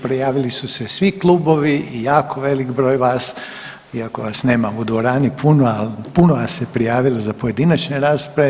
Prijavili su se svi klubovi i jako veliki broj vas iako vas nema u dvorani puno, ali puno vas se prijavilo za pojedinačne rasprave.